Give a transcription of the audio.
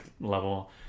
level